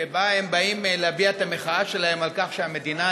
הם באים להביע את המחאה שלהם על כך שהמדינה